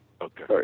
Okay